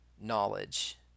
knowledge